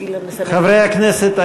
חברי הכנסת,